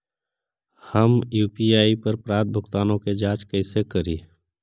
हम यु.पी.आई पर प्राप्त भुगतानों के जांच कैसे करी?